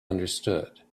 understood